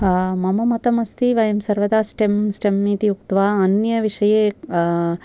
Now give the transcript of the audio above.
मम मतम् अस्ति वयं सर्वदा स्टेम् स्टेम् इति उक्त्वा अन्यविषये